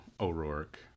O'Rourke